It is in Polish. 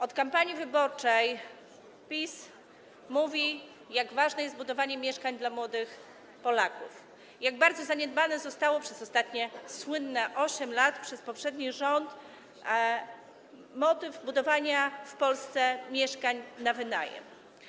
Od kampanii wyborczej PiS mówi, jak ważne jest budowanie mieszkań dla młodych Polaków, jak bardzo zaniedbany został przez słynne ostatnie 8 lat przez poprzedni rząd motyw budowania w Polsce mieszkań na wynajem.